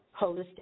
holistic